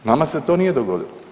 Nama se to nije dogodilo.